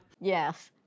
Yes